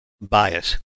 bias